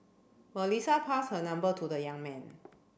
Melissa passed her number to the young man